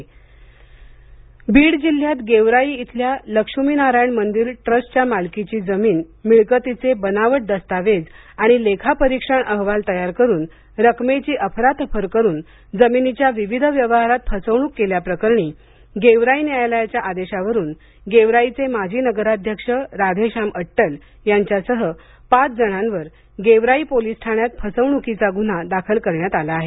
फेरफार बीड जिल्ह्यात गेवराई इथल्या लक्ष्मीनारायण मंदिर ट्रस्टच्या मालकीच्या जमीन मिळकतीचे बनावट दस्तावेज आणि लेखा परीक्षण अहवाल तयार करून रकमेची अफरातफर करून जमिनीच्या विविध व्यवहारात फसवणूक केल्याप्रकरणी गेवराई न्यायालयाच्या आदेशावरून गेवराईचे माजी नगराध्यक्ष राधेशाम अट्टल यांच्यासह पाच जणांवर गेवराई पोलीस ठाण्यात फसवणुकीचा गुन्हा दाखल करण्यात आला आहे